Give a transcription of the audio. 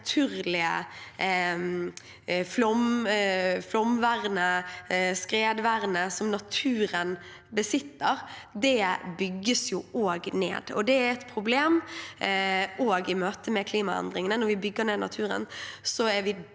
naturlige flomvernet og skredvernet som naturen besitter, bygges også ned. Det er et problem i møte med klimaendringene. Når vi bygger ned naturen, er vi